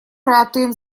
ратуем